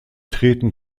treten